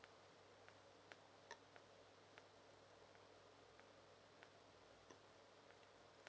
uh